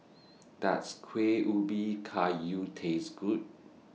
Does Kuih Ubi Kayu Taste Good